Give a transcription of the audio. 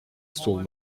store